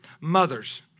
Mothers